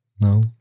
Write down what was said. No